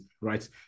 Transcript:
right